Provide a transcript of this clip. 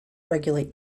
regulate